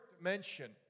mention